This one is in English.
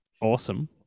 awesome